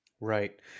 Right